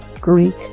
Greek